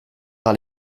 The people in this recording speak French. par